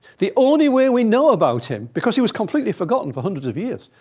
the only way we know about him, because he was completely forgotten for hundreds of years,